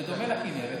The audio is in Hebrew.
בדומה לכינרת,